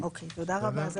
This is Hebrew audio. תודה רבה.